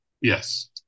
yes